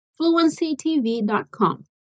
fluencytv.com